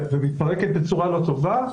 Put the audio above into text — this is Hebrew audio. ומתפרקת בצורה לא טובה,